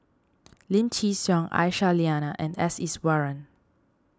Lim Chin Siong Aisyah Lyana and S Iswaran